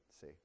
see